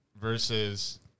versus